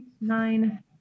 nine